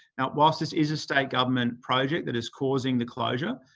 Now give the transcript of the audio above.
now, whilst this is a state government project that is causing the closure,